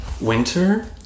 winter